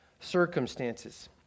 circumstances